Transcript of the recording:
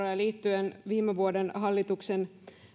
liittyen viime vuoden hallituksen